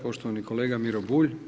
Poštovani kolega MIro Bulj.